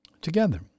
Together